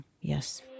Yes